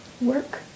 work